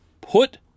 put